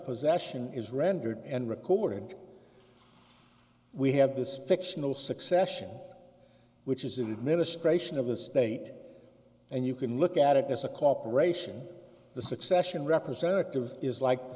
possession is rendered and recorded we have this fictional succession which is in the ministration of the state and you can look at it as a corporation the succession representative is like the